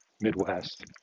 Midwest